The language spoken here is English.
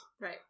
Right